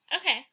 okay